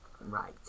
Right